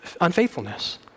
unfaithfulness